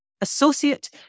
associate